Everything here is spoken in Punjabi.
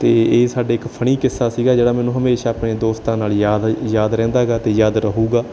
ਅਤੇ ਇਹ ਸਾਡਾ ਇੱਕ ਫਨੀ ਕਿੱਸਾ ਸੀਗਾ ਮੈਨੂੰ ਹਮੇਸ਼ਾ ਆਪਣੇ ਦੋਸਤਾਂ ਨਾਲ ਯਾਦ ਯਾਦ ਰਹਿੰਦਾ ਹੈ ਗਾ ਅਤੇ ਯਾਦ ਰਹੇਗਾ